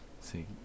see